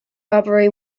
robbery